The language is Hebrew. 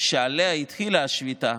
שעליה התחילה השביתה,